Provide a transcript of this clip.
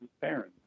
parents